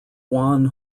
guan